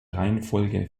reihenfolge